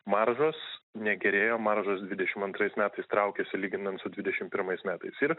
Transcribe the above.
maržos negerėjo maržos dvidešim antrais metais traukėsi lyginant su dvidešimt pirmais metais ir